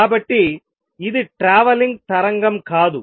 కాబట్టి ఇది ట్రావెలింగ్ తరంగం కాదు